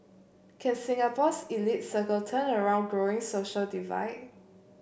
can Singapore's elite circle turn around growing social divide